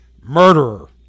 murderer